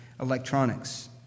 electronics